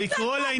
תתרגלו לזה.